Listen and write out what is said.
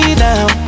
now